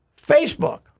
Facebook